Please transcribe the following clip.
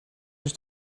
just